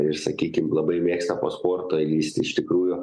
ir sakykim labai mėgsta po sporto jis iš tikrųjų